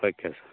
okay sir